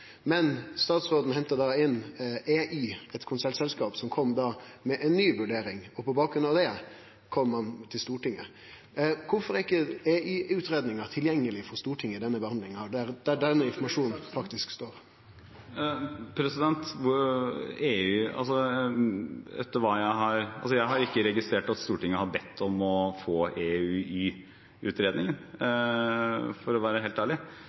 men statsråden henta da inn EY, eit konsulentselskap som kom med ei ny vurdering, og på bakgrunn av det kom han til Stortinget. Kvifor er ikkje EY-utgreiinga tilgjengeleg for Stortinget i denne behandlinga – det er der det faktisk står om denne intensjonen. Jeg har ikke registrert at Stortinget har bedt om å få EY-utredningen – for å være helt ærlig